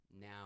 Now